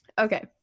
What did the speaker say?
okay